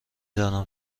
دانم